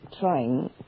trying